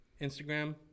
Instagram